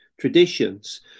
traditions